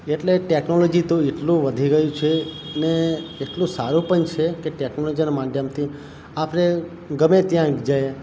એટલે ટેકનોલોજી તો એટલું વધી ગયું છે ને એટલું સારું પણ છે કે ટેકનોલોજીના માધ્યમથી આપરે ગમે ત્યાં જઈએ